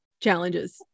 challenges